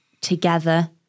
together